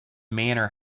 manor